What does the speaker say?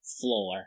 floor